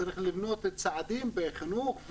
צריך לבנות צעדים בחינוך,